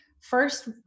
first